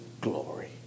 glory